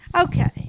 Okay